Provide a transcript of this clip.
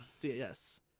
yes